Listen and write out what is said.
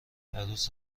عروس